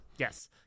Yes